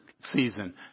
season